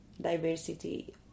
diversity